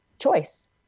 choice